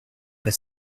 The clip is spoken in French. pas